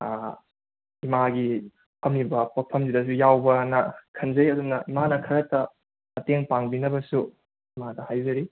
ꯏꯃꯥꯒꯤ ꯐꯝꯃꯤꯕ ꯄꯣꯠꯐꯝ ꯁꯤꯗꯁꯨ ꯌꯥꯎꯕ꯭ꯔꯅ ꯈꯟꯖꯩ ꯑꯗꯨꯅ ꯏꯃꯥꯅ ꯈꯔꯇ ꯃꯇꯦꯡ ꯄꯥꯡꯕꯤꯅꯕꯁꯨ ꯏꯃꯥꯗ ꯍꯥꯏꯖꯔꯤ